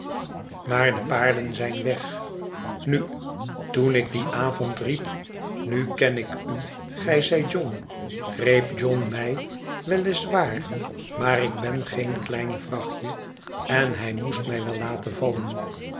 maar de paarden zijn weg nu toen ik dien avond riep tnu ken ik u gij zijt john greep john mij wel is waar maar ik ben geen klein vrachtje en hij moest mij wel laten vallen